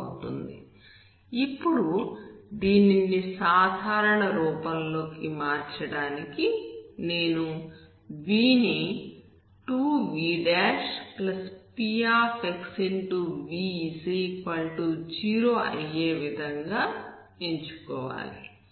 అవుతుంది ఇప్పుడు దీనిని సాధారణ రూపంలోకి మార్చడానికి నేను v ని 2vpxv0 అయ్యేవిధంగా ఎంచుకోవాలి